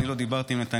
אני לא דיברתי עם נתניהו,